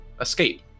escape